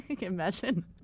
imagine